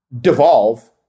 devolve